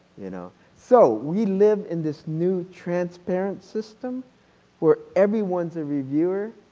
you know so we live in this new transparent system where everyone is a reviewer.